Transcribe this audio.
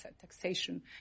taxation